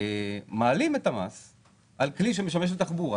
מעלים את המס על כלי שמשמש לתחבורה